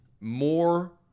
more